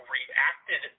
reacted